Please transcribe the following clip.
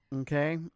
okay